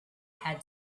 had